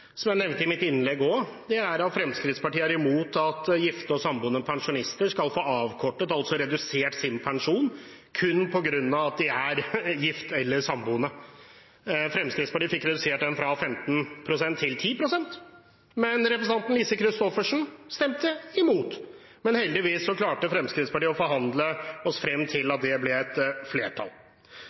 som jeg nevnte i mitt innlegg: Fremskrittspartiet er imot at gifte og samboende pensjonister skal få avkortet – altså redusert – sin pensjon kun på grunn av at de er gift eller samboende. Fremskrittspartiet fikk redusert det fra 15 pst. til 10 pst. Men representanten Lise Christoffersen stemte imot. Heldigvis klarte Fremskrittspartiet å forhandle seg frem til at det ble et flertall